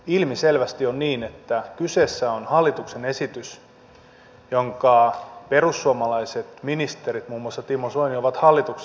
ilmiselvästi on niin että kyseessä on hallituksen esitys jonka perussuomalaiset ministerit muun muassa timo soini ovat hallituksessa hyväksyneet